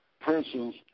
persons